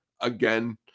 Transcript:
again